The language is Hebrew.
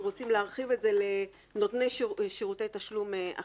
אנחנו רוצים להרחיב את זה לנותני שירותי תשלומים אחרים,